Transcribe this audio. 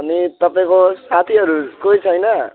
अनि तपाईँको साथीहरू कोही छैन